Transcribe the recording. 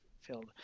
filled